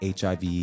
hiv